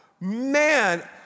man